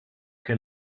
che